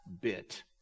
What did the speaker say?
bit